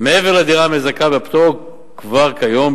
מעבר לדירה המזכה בפטור כבר כיום,